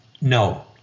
No